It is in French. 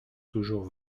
toujours